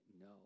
no